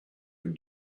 can